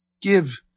give